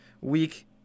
week